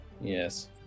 Yes